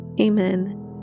Amen